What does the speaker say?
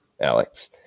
Alex